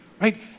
right